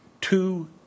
two